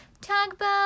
Tugboat